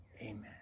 amen